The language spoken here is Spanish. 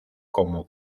como